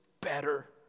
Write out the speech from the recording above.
better